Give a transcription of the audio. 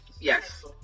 Yes